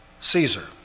Caesar